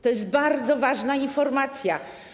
To jest bardzo ważna informacja.